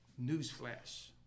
Newsflash